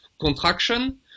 contraction